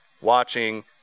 watching